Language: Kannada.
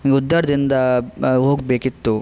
ಉದ್ಯಾವರದಿಂದ ಹೋಗಬೇಕಿತ್ತು